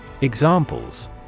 Examples